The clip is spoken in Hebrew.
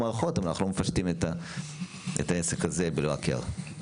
מערכות אנחנו לא מפשטים את העסק בלא היכר.